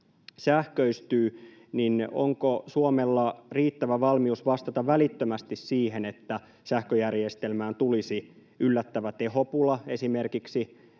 sähköistyy, niin onko Suomella riittävä valmius vastata välittömästi siihen, että sähköjärjestelmään tulisi yllättävä tehopula esimerkiksi